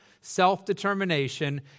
self-determination